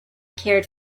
cared